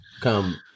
come